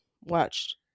watched